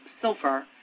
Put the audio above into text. silver